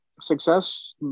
success